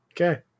Okay